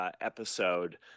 episode